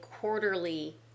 quarterly